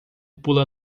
pula